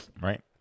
right